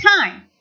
time